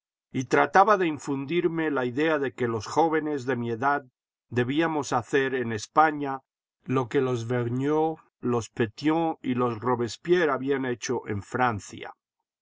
y trataba de infundirme la idea de que los jóvenes de mi edad debíamos hacer en españa lo que los vergniaud los petion y los robespierre habían hecho en francia